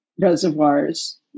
reservoirs